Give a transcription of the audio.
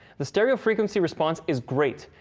the stereo frequency response is great,